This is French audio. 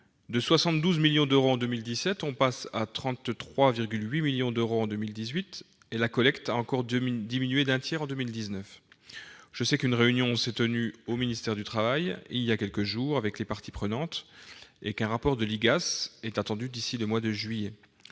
De 72 millions d'euros en 2017, on passe à 33,8 millions d'euros en 2018, et la collecte a encore diminué d'un tiers en 2019. Je sais qu'une réunion s'est tenue au ministère du travail il y a quelques jours avec les parties prenantes et qu'un rapport de l'Inspection générale des affaires